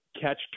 catch